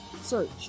search